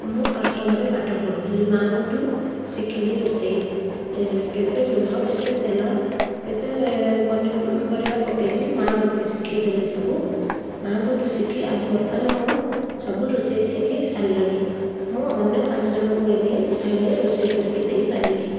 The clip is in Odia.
ମୁଁ ଅଷ୍ଟମରେ ପାଠ ପଢ଼ୁଥିଲି ମାଙ୍କ ଠୁ ଶିଖିଲି ରୋଷେଇ କେତେ ଲୁଣ କେତେ ତେଲ କେତେ ପନିପରିବା ପକାଇବି ମା ମୋତେ ଶିଖାଇଦେଲେ ସବୁ ମାଙ୍କ ଠୁ ଶିଖି ଆଜି ବର୍ତ୍ତମାନ ମୁଁ ସବୁ ରୋଷେଇ ଶିଖି ସାରିଲିଣି ମୁଁ ଅନ୍ୟ ପାଞ୍ଚ ଜଣଙ୍କୁ ଏହିନେ ଚାହିଁଲେ ରୋଷେଇ କରିକି ଦେଇ ପାରିବି